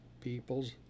people's